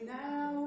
now